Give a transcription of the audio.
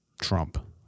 Trump